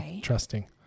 Trusting